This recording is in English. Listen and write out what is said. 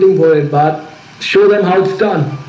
don't worry, but show them how it's done